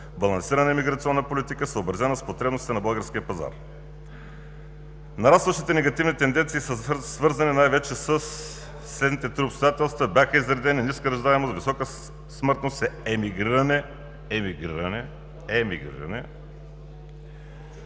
балансирана миграционна политика, съобразена с потребностите на българския пазар. Нарастващите негативни тенденции са свързани най-вече със следните три обстоятелства – бяха изредени: ниска раждаемост, висока смъртност, емигриране. Емигриране! Емигриране!